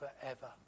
forever